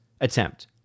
attempt